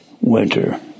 winter